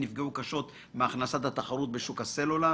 נפגעו קשות מהכנסת התחרות בשוק הסלולר?